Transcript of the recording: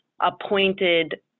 appointed